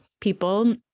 people